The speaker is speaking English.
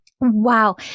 Wow